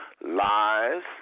lies